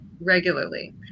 regularly